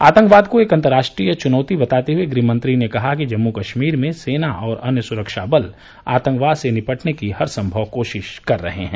आतंकवाद को एक अंतर्राष्ट्रीय चुनौती बताते हुए गृहमंत्री ने कहा कि जम्मू कश्मीर में सेना और अन्य सुरक्षाबल आतंकवाद से निपटने की हरसंभव कोशिश कर रहे हैं